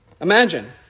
Imagine